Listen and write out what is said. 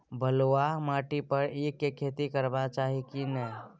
बलुआ माटी पर ईख के खेती करबा चाही की नय?